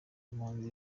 kamanzi